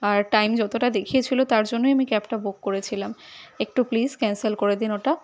আর time যতোটা দেখিয়েছিল তার জন্যই আমি ক্যাবটা বুক করেছিলাম একটু প্লিস ক্যান্সেল করে দিন ওটা